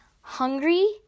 hungry